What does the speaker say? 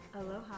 aloha